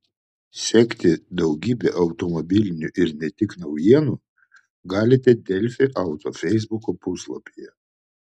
sekti daugybę automobilinių ir ne tik naujienų galite delfi auto feisbuko puslapyje